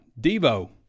Devo